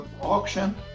auction